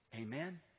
Amen